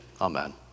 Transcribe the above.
Amen